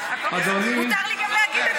מותר לי גם להגיד,